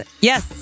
yes